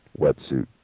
wetsuit